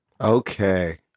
Okay